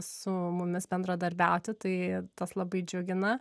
su mumis bendradarbiauti tai tas labai džiugina